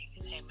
Amen